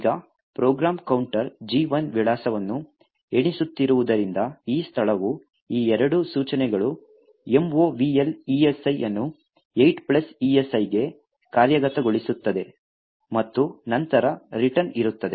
ಈಗ program counter G1 ವಿಳಾಸವನ್ನು ಎಣಿಸುತ್ತಿರುವುದರಿಂದ ಈ ಸ್ಥಳವು ಈ ಎರಡು ಸೂಚನೆಗಳು movl esi ಅನ್ನು 8esi ಗೆ ಕಾರ್ಯಗತಗೊಳಿಸುತ್ತದೆ ಮತ್ತು ನಂತರ return ಇರುತ್ತದೆ